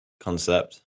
concept